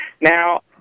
Now